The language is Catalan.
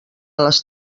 les